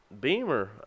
Beamer